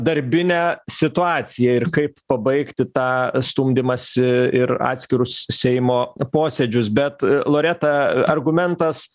darbinę situaciją ir kaip pabaigti tą stumdymąsi ir atskirus seimo posėdžius bet loreta argumentas